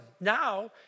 Now